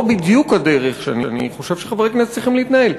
בדיוק הדרך שחברי כנסת צריכים להתנהל,